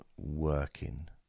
working